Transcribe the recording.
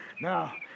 Now